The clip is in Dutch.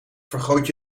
vergroot